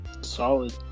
Solid